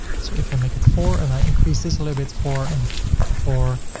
so if i make it four and i increase this a little bit four, and four,